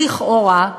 לכאורה,